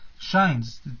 shines